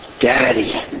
Daddy